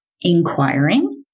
Inquiring